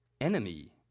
enemy